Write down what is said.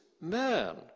Man